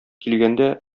килгәндә